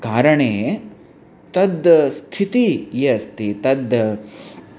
कारणे तद् स्थितिः ये अस्ति तद्